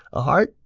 a heart,